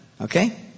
Okay